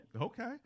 Okay